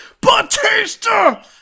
Batista